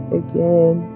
again